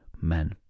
men